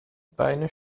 beine